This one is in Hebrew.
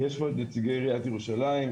יש פה את נציגי עיריית ירושלים,